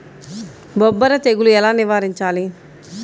బొబ్బర తెగులు ఎలా నివారించాలి?